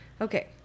Okay